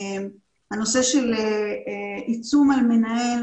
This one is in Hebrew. הנושא של עיצום על מנהל,